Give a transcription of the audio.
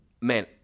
man